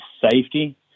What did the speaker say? safety